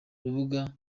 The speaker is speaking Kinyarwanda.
rubuga